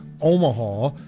Omaha